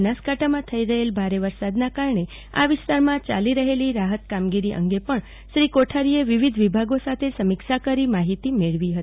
બનાસકાંઠામાં થઈ રહેલા ભારે વરસાદના કારણે આ વિસ્તારમાં ચાલી રહેલી રાહત કામગીરી અંગે પણ શ્રી કોઠારીએ વિવિધવિભાગો સાથે સમીક્ષા કરી માહિતી મેળવી હતી